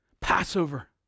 Passover